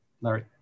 Larry